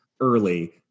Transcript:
early